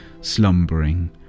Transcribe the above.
slumbering